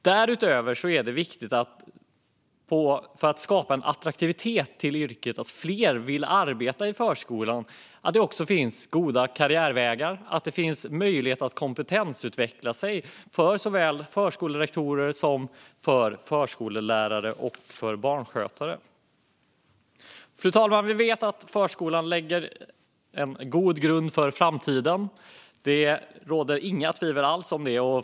Därutöver är det viktigt att skapa en attraktivitet för yrket så att fler vill arbeta i förskolan. Man måste se till att det finns goda karriärvägar och möjlighet för såväl förskolerektorer som förskollärare och barnskötare att kompetensutvecklas. Fru talman! Vi vet att förskolan lägger en god grund för framtiden. Det råder inga tvivel om det.